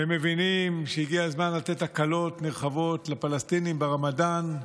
והם מבינים שזה הזמן לתת הקלות נרחבות לפלסטינים ברמדאן.